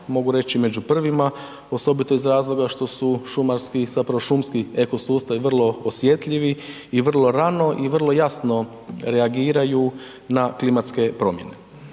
mogu reći, među prvima, osobito iz razloga što su šumarski, zapravo šumski ekosustavi vrlo osjetljivi i vrlo rano i vrlo jasno reagiraju na klimatske promjene.